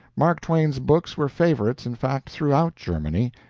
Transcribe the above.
mark twain's books were favorites, in fact, throughout germany.